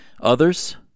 others